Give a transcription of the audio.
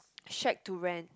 shack to rent